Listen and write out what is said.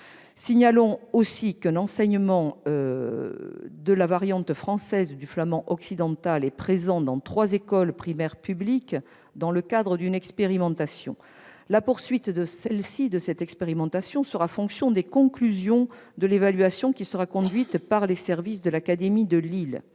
Signalons aussi qu'un enseignement de la variante française du flamand occidental est présent dans trois écoles primaires publiques, dans le cadre d'une expérimentation. La poursuite de cette expérimentation dépendra des conclusions de l'évaluation qui sera conduite par les services de l'académie de Lille.